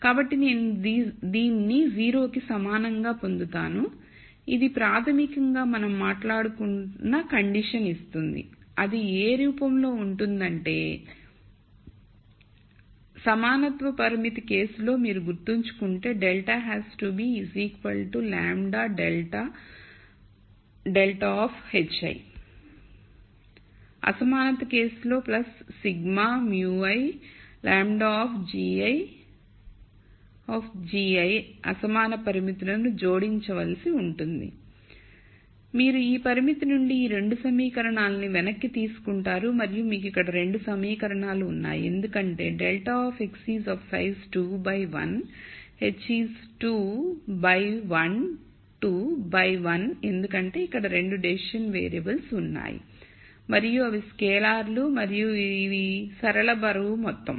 కాబట్టి నేను దీన్ని 0 కి సమానంగా పొందుతాను ఇది ప్రాథమికంగా మనం మాట్లాడుకున్న కండిషన్ ఇస్తుంది అది ఏ రూపంలో ఉంటుందంటే సమానత్వ పరిమితి కేసు లో మీరు గుర్తుంచుకుంటే ∇ has to be σ λ I ∇of hi అసమానత కేసు లో σ μi ∇of gi if gi అసమాన పరిమితులను జోడించిన వలసి ఉంటుంది కాబట్టి మీరు ఈ పరిమితినుండి ఈ 2 సమీకరణాలను వెనక్కి తీసుకుంటారు మరియు మీకు ఇక్కడ 2 సమీకరణాలు ఉన్నాయి ఎందుకంటే ∇ of x is of size 2 by 1 h is 2 by 1 2 by 1 ఎందుకంటే అక్కడ 2 డెసిషన్ వేరియబుల్ ఉన్నాయి మరియు అవి స్కేలర్లు మరియు ఇది సరళ బరువు మొత్తం